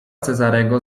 cezarego